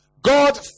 God